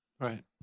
Right